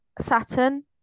Saturn